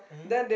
mmhmm